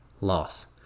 loss